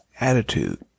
attitude